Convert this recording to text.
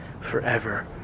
forever